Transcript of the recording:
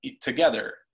together